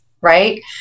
right